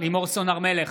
לימור סון הר מלך,